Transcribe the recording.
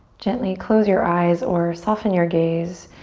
gently close your eyes or soften your gaze,